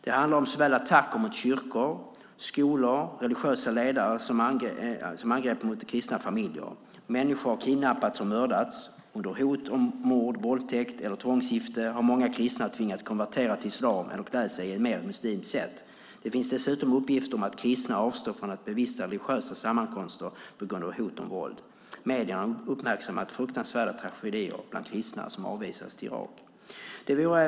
Det handlar om attacker mot kyrkor, skolor, religiösa ledare såväl som angrepp mot kristna familjer. Människor har kidnappats och mördats. Under hot om mord, våldtäkt eller tvångsgifte har många kristna tvingats konvertera till islam eller klä sig på ett mer muslimskt sätt. Det finns dessutom uppgifter om att kristna avstår från att bevista religiösa sammankomster på grund av hot om våld. Medierna har uppmärksammat fruktansvärda tragedier bland kristna som har avvisats till Irak. Fru talman!